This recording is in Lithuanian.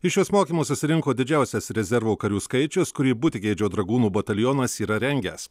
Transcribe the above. į šiuos mokymus susirinko didžiausias rezervo karių skaičius kurį butigeidžio dragūnų batalionas yra rengęs